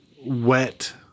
wet